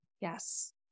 Yes